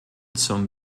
zum